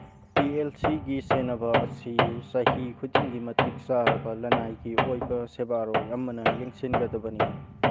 ꯄꯤ L ꯁꯤꯒꯤ ꯁꯦꯟꯅꯕ ꯑꯁꯤ ꯆꯍꯤ ꯈꯨꯗꯤꯡꯒꯤ ꯃꯇꯤꯛ ꯆꯥꯔꯕ ꯂꯅꯥꯏꯒꯤ ꯑꯣꯏꯕ ꯁꯦꯕꯥꯔꯣꯏ ꯑꯃꯅ ꯌꯦꯡꯁꯤꯟꯒꯗꯕꯅꯤ